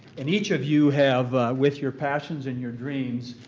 and each of you have, with your passions and your dreams,